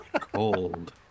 cold